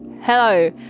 Hello